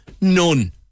None